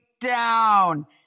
down